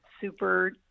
super